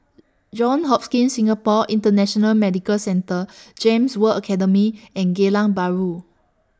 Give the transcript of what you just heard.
Johns Hopkins Singapore International Medical Centre Gems World Academy and Geylang Bahru